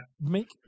Make